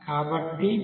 15 0